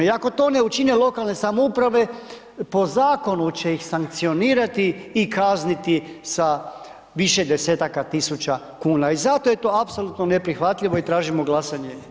I ako to ne učine lokalne samouprave, po Zakonu će ih sankcionirati i kazniti sa više desetaka tisuća kuna, i zato je to apsolutno neprihvatljivo, i tražimo glasanje o amandmanu.